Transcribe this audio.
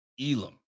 Elam